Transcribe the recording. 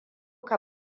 ka